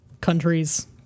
countries